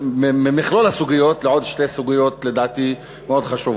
במכלול הסוגיות לעוד שתי סוגיות שלדעתי הן מאוד חשובות.